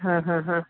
हां हां हां